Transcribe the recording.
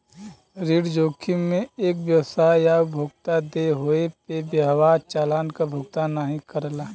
ऋण जोखिम में एक व्यवसाय या उपभोक्ता देय होये पे व्यापार चालान क भुगतान नाहीं करला